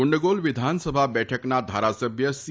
કુંડગોલ વિધાનસભા બેઠકના ધારાસભ્ય સી